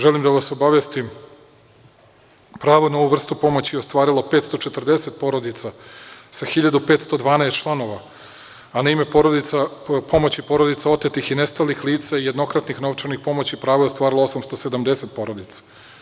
Želim da vas obavestim – pravo na ovu vrstu pomoći je ostvarilo 540 porodica sa 1.512 članova, a na ime pomoći porodica otetih i nestalih lica i jednokratnih novčanih pomoći pravo je ostvarilo 870 porodica.